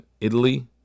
Italy